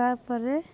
ତାପରେ